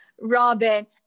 Robin